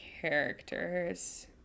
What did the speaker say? characters